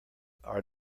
are